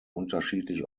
unterschiedlich